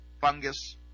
fungus